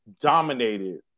dominated